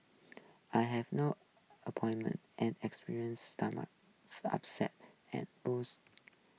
I have no appointment and experienced stomach upsets and booths